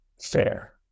fair